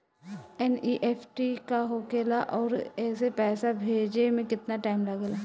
NEFT का होखे ला आउर एसे पैसा भेजे मे केतना टाइम लागेला?